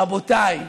רבותיי.